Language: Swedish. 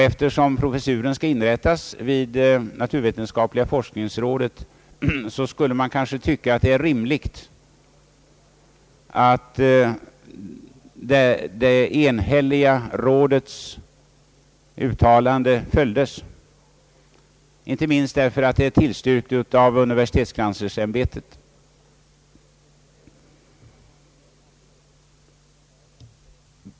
Eftersom professuren skall inrättas vid naturvetenskapliga forskningsrådet, kunde man kanske tycka att det vore rimligt att det enhälliga rådets uttalande följdes, inte minst därför att det är tillstyrkt av universitetskanslersämbetet.